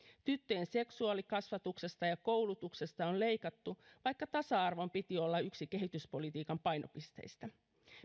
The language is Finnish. tyttöjen seksuaalikasvatuksesta ja koulutuksesta on leikattu vaikka tasa arvon piti olla yksi kehityspolitiikan painopisteistä